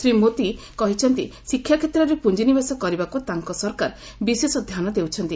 ଶ୍ରୀ ମୋଦି କହିଛନ୍ତି ଶିକ୍ଷା କ୍ଷେତ୍ରରେ ପୁଞ୍ଜିନିବେଶ କରିବାକୁ ତାଙ୍କ ସରକାର ବିଶେଷ ଧ୍ୟାନ ଦେଉଛନ୍ତି